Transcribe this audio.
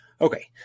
okay